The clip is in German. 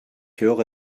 höre